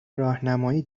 راهنمایی